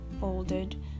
folded